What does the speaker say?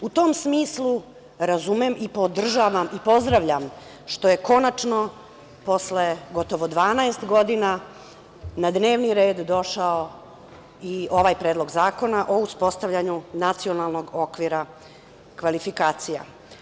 U tom smislu, razumem i podržavam i pozdravljam što je konačno, posle gotovo 12 godina, na dnevni red došao i ovaj predlog zakona o uspostavljanju Nacionalnog okvira kvalifikacija.